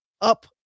up